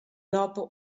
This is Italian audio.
dopo